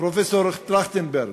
פרופסור טרכטנברג,